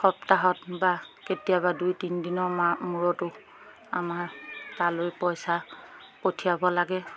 সপ্তাহত বা কেতিয়াবা দুই তিনদিনৰ মা মূৰতো আমাৰ তালৈ পইচা পঠিয়াব লাগে